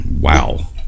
wow